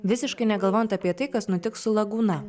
visiškai negalvojant apie tai kas nutiks su lagūna